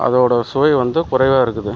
அதோட சுவை வந்து குறைவாக இருக்குது